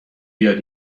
بیاد